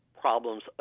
problems